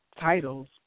titles